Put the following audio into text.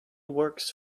works